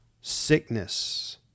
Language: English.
Sickness